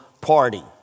party